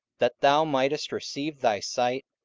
that thou mightest receive thy sight,